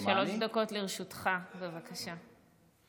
דקות לרשותך, בבקשה.